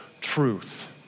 truth